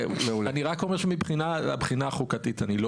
אני רק אומר שמהבחינה החוקתית אני לא